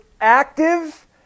active